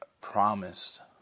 promised